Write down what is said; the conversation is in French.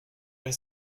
elle